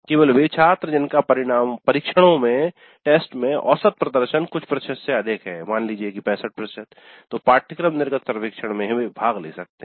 केवल वे छात्र जिनका परीक्षणों में औसत प्रदर्शन कुछ प्रतिशत से अधिक है मान लीजिए 65 तो पाठ्यक्रम निर्गत सर्वेक्षण में वे भाग ले सकते हैं